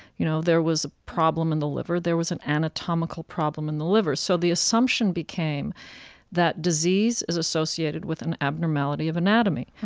you know, there was a problem in the liver, there was an anatomical problem in the liver. so the assumption became that disease is associated with an abnormality of anatomy,